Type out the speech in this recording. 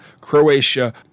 Croatia